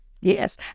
yes